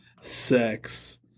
sex